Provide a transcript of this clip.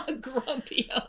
Grumpy